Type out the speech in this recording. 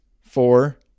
four